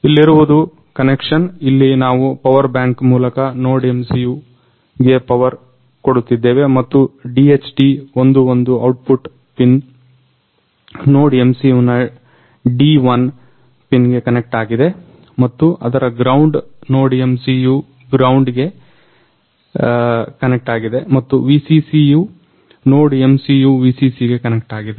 ಇಲ್ಲಿರುವುದು ಕನೆಕ್ಷನ್ ಇಲ್ಲಿ ನಾವು ಪವರ್ ಬ್ಯಾಂಕ್ ಮೂಲಕ NodeMCUಗೆ ಪವರ್ಕೊಡುತ್ತಿದ್ದೇವೆ ಮತ್ತು DHT11 ಔಟ್ಪುಟ್ ಪಿನ್ NodeMCU ನ D1 ಪಿನ್ಗೆ ಕನೆಕ್ಟ್ ಆಗಿದೆ ಮತ್ತು ಅದರ ಗ್ರೌಂಡ್ NodeMCU ಗ್ರೌಂಡ್ಗೆ ಕನೆಕ್ಟ್ ಆಗಿದೆ ಮತ್ತು VCC ಯು NodeMCU VCC ಗೆ ಕನೆಕ್ಟ್ ಆಗಿದೆ